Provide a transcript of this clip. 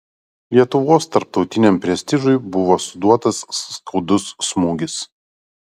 lietuvos tarptautiniam prestižui buvo suduotas skaudus smūgis